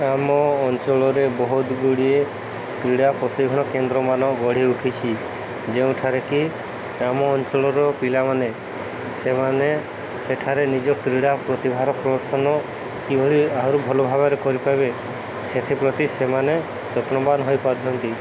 ଆମ ଅଞ୍ଚଳରେ ବହୁତ ଗୁଡ଼ିଏ କ୍ରୀଡ଼ା ପ୍ରଶିକ୍ଷଣ କେନ୍ଦ୍ରମାନ ଗଢ଼ି ଉଠିଛି ଯେଉଁଠାରେ କି ଆମ ଅଞ୍ଚଳର ପିଲାମାନେ ସେମାନେ ସେଠାରେ ନିଜ କ୍ରୀଡ଼ା ପ୍ରତିଭାର ପ୍ରଦର୍ଶନ କିଭଳି ଆହୁରି ଭଲ ଭାବରେ କରିପାରିବେ ସେଥିପ୍ରତି ସେମାନେ ଯତ୍ନବାନ ହୋଇପାରୁଛନ୍ତି